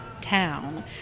town